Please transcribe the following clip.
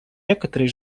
некоторые